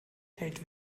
hält